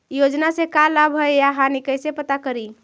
योजना से का लाभ है या हानि कैसे पता करी?